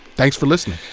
thanks for listening.